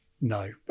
No